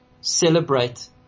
celebrate